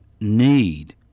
need